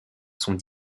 sont